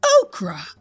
Okra